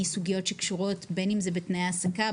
סוגיות שקשורות בין אם זה בתנאי העסקה,